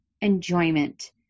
enjoyment